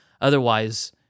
Otherwise